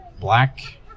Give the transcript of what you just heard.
Black